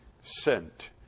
sent